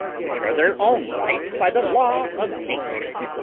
which are their own right by the law of nature.